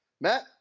Matt